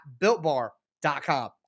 BuiltBar.com